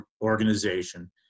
organization